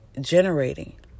generating